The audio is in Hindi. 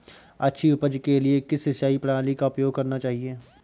अच्छी उपज के लिए किस सिंचाई प्रणाली का उपयोग करना चाहिए?